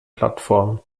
plattform